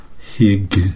Hig